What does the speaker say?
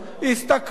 השתכרו,